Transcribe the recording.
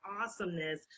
awesomeness